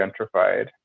gentrified